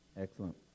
Excellent